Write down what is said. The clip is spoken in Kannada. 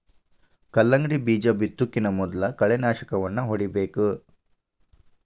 ಕಲ್ಲಂಗಡಿ ಬೇಜಾ ಬಿತ್ತುಕಿಂತ ಮೊದಲು ಕಳೆನಾಶಕವನ್ನಾ ಹೊಡಿಬೇಕ